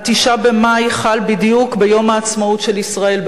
ה-9 במאי חל בדיוק ביום העצמאות של ישראל,